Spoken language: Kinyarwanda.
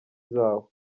zawo